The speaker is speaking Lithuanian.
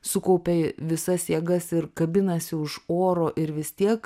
sukaupia visas jėgas ir kabinasi už oro ir vis tiek